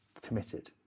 committed